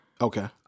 Okay